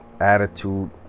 attitude